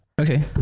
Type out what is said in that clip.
okay